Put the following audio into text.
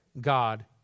God